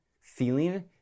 feeling